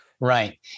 Right